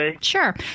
Sure